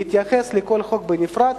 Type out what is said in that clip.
להתייחס לכל חוק בנפרד,